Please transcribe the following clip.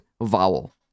vowel